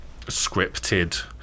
scripted